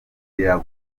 umuhondo